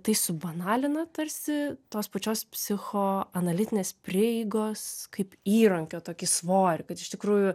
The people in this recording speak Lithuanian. tai subanalina tarsi tos pačios psichoanalitinės prieigos kaip įrankio tokį svorį kad iš tikrųjų